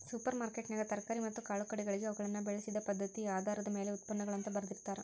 super ಮಾರ್ಕೆಟ್ನ್ಯಾಗ ತರಕಾರಿ ಮತ್ತ ಕಾಳುಕಡಿಗಳಿಗೆ ಅವುಗಳನ್ನ ಬೆಳಿಸಿದ ಪದ್ಧತಿಆಧಾರದ ಮ್ಯಾಲೆ ಉತ್ಪನ್ನಗಳು ಅಂತ ಬರ್ದಿರ್ತಾರ